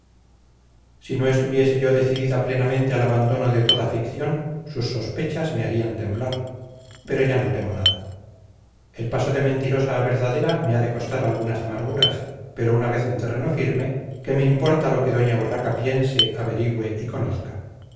si no estuviese yo decidida plenamente al abandono de toda ficción sus sospechas me harían temblar pero ya no temo nada el paso de mentirosa a verdadera me ha de costar algunas amarguras pero una vez en terreno firme qué me importa lo que doña urraca piense averigüe y conozca